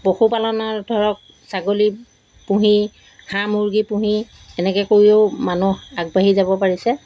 পশুপালনৰ ধৰক ছাগলী পুহি হাঁহ মুৰ্গী পুহি এনেকৈ কৰিও মানুহ আগবাঢ়ি যাব পাৰিছে